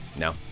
No